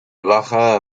baja